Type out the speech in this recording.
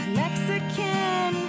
mexican